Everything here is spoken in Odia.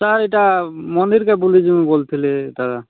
ତ ଏଇଟା ମନ୍ଦିର୍କେ ବୁଲି ଯିମୁ ବୋଲୁଥିଲି ତ